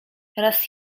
raz